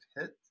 hit